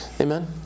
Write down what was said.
amen